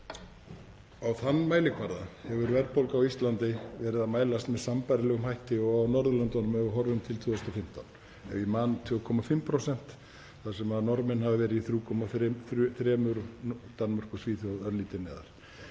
á þann mælikvarða hefur verðbólga á Íslandi verið að mælast með sambærilegum hætti og á Norðurlöndunum, ef við horfum til 2015, ef ég man var hún 2,5%, þar sem Norðmenn hafa verið í 3,3% en Danmörk og Svíþjóð örlítið neðar.